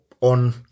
on